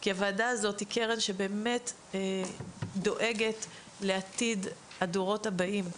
כי הוועדה הזאת היא קרן שבאמת דואגת לעתיד הדורות הבאים,